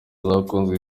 zakunzwe